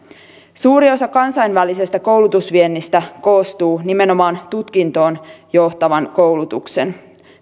suuri osa kansainvälisestä koulutusviennistä koostuu nimenomaan tutkintoon johtavan koulutuksen